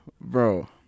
Bro